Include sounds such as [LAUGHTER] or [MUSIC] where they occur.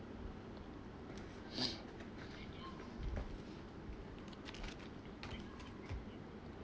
[BREATH]